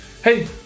Hey